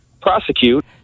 prosecute